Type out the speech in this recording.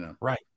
Right